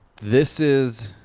this is.